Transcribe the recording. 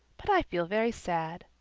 but i feel very sad.